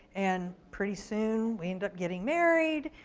and pretty soon, we ended up getting married,